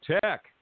tech